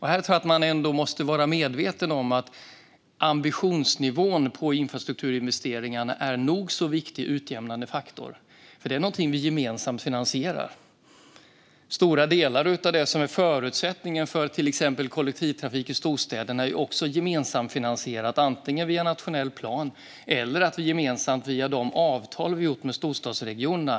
Här tror jag att man måste vara medveten om att ambitionsnivån på infrastrukturinvesteringarna är en nog så viktig utjämnande faktor, för det är någonting vi gemensamt finansierar. Stora delar av det som är förutsättningen för till exempel kollektivtrafik i storstäderna är också gemensamt finansierat, antingen via nationell plan eller via de avtal vi gjort med storstadsregionerna.